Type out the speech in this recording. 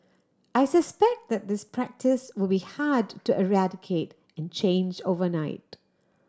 I suspect that this practice will be hard to eradicate and change overnight